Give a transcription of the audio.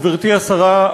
גברתי השרה,